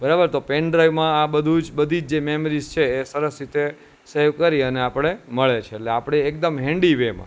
બરાબર તો પેન ડ્રાઈવમાં આ બધું જ બધી જે મેમરીઝ છે એ સરસ રીતે સેવ કરીને આપણને મળે છે આપણે એકદમ હેન્ડી વેમાં